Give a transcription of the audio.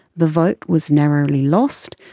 the vote was narrowly lost.